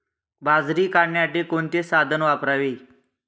बाजरी काढण्यासाठी कोणते साधन वापरावे?